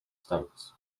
states